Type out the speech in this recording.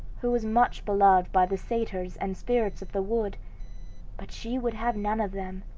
who was much beloved by the satyrs and spirits of the wood but she would have none of them,